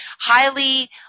Highly